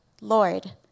Lord